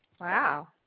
Wow